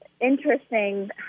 interesting